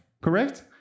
Correct